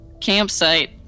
campsite